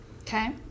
Okay